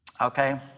Okay